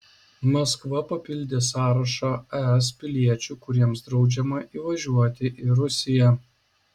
maskva papildė sąrašą es piliečių kuriems draudžiama įvažiuoti į rusiją